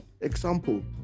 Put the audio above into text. Example